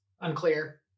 Unclear